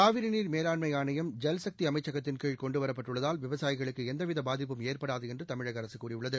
காவிரி நீர் மேலாண்மை ஆணையம் ஜல்சக்தி அமைச்சகத்தின்கீழ் கொண்டு வரப்பட்டுள்ளதால் விவசாயிகளுக்கு எந்தவித பாதிப்பும் ஏற்படாது என்று தமிழக அரசு கூறியுள்ளது